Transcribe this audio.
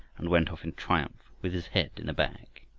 and went off in triumph with his head in a bag.